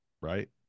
Right